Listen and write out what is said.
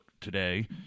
today